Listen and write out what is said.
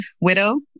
widow